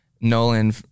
Nolan